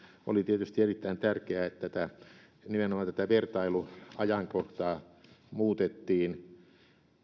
oli tietysti erittäin tärkeää että nimenomaan tätä vertailuajankohtaa muutettiin